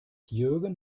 jürgen